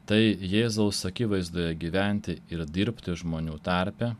tai jėzaus akivaizdoje gyventi ir dirbti žmonių tarpe